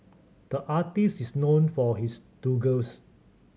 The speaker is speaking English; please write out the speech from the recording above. the artist is known for his dongles